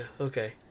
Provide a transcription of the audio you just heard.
okay